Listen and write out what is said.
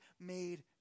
made